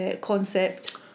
concept